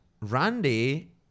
Randy